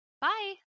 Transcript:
Bye